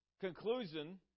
conclusion